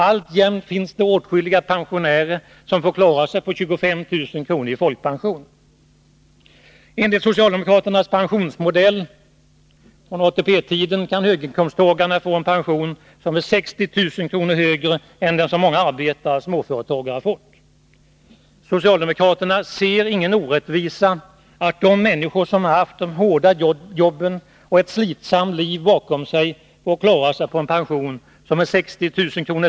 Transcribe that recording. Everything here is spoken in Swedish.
Alltjämt finns det åtskilliga pensionärer som får klara sig på 25 000 kr. i folkpension. Enligt socialdemokraternas pensionsmodell från ATP-tiden kan höginkomsttagare få en pension, som är 60 000 kr. högre än den som många arbetare och småföretagare får. Socialdemokraterna ser ingen orättvisa i att de människor som har haft hårda jobb och har ett slitsamt liv bakom sig får klara sig på en pension, som är 60 000 kr.